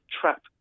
trap